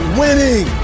winning